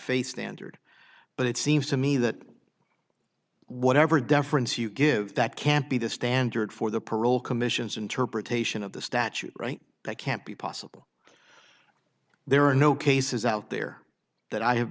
faith standard but it seems to me that whatever deference you give that can't be the standard for the parole commission's interpretation of the statute right that can't be possible there are no cases out there that i have